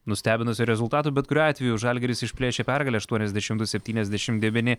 nustebinusio rezultato bet kuriuo atveju žalgiris išplėšė pergalę aštuoniasdešim du septyniasdešim devyni